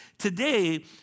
Today